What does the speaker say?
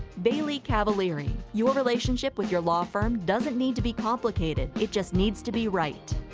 baily-cavalieri your relationship with your law firm doesn't need to be complicated it just needs to be right.